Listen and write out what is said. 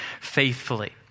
faithfully